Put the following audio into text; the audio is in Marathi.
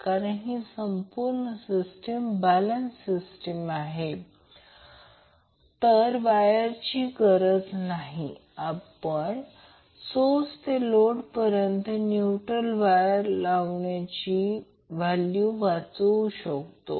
जर ही संपूर्ण बॅलेन्स सिस्टीम असेल तर वायरची गरज नाही आणि आपण सोर्स ते लोडपर्यंत न्यूट्रल वायर लावण्याची किंमत वाचवू शकतो